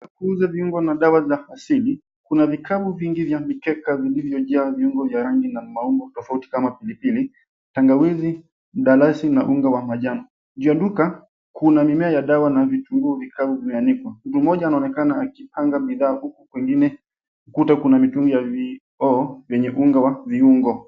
Kuuza viungo na dawa za asili kuna vikapu vingi vya mikeka vilivyojaaa viungo vya rangi na maumbo tofauti kama pilipili, tangawizi, mdalasi na unga wa majani. Nje ya duka kuna mimea ya dawa vitunguu vikavu vimeanikwa. Mtu mmoja anaonekana akipanga bidhaa huku kwengine kuta kuna mitungi ya vioo vyenye unga wa viungo.